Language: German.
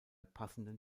passenden